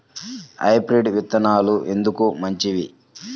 Hybrid విత్తనాలు ఎందుకు మంచివి?